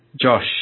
Josh